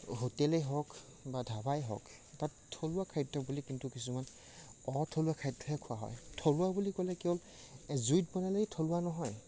হোটেলেই হওক বা ধাবাই হওক তাত থলুৱা খাদ্য বুলি কিন্তু কিছুমান অথলুৱা খাদ্যহে খোৱা হয় থলুৱা বুলি ক'লে কি হ'ল জুইত বনালেই থলুৱা নহয়